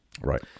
Right